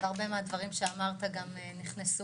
הרבה מהדברים שאמרת גם נכנסו,